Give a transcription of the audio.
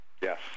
Yes